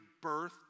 birth